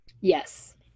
Yes